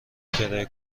کرایه